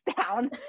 down